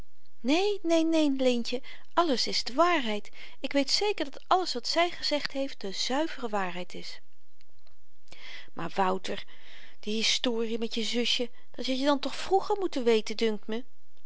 neen neen neen leentje alles is de waarheid ik weet zeker dat alles wat zy gezegd heeft de zuivere waarheid is maar wouter die historie met je zusje dat had je dan toch vroeger moeten weten dunkt me